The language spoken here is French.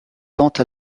tente